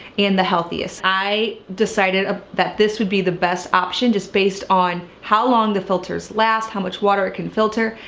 and the healthiest. i decided ah that this would be the best option just based on how long the filters last, how much water it can filter,